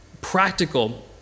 practical